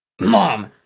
Mom